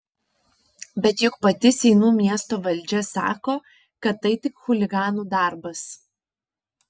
bet juk pati seinų miesto valdžia sako kad tai tik chuliganų darbas